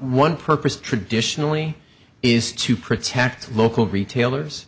one purpose traditionally is to protect local retailers